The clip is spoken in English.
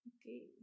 Okay